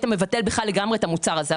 היית מבטל בכלל לגמרי את המוצר הזה.